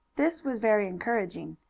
this was very encouraging.